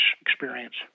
experience